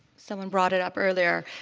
someone brought it up earlier,